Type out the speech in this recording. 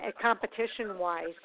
competition-wise